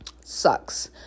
Sucks